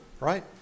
Right